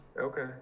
Okay